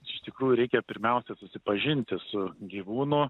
iš tikrųjų reikia pirmiausia susipažinti su gyvūnu